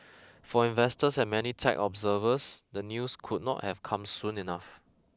for investors and many tech observers the news could not have come soon enough